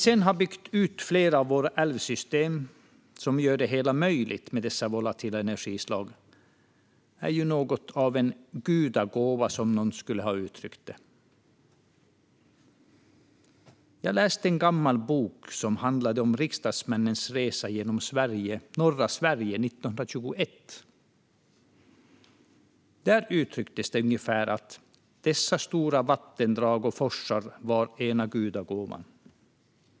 Att vi har byggt ut flera av våra älvsystem och gjort det hela möjligt med dessa volatila energislag är ju något av en gudagåva, som någon skulle ha uttryckt det. Jag läste en gammal bok, Nå gra minnen och erinringar från R iksdagsmännens resa genom norra Sverige år 1921 . Där uttrycktes ungefär att dessa stora vattendrag och forsar är en gudagåva.